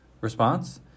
response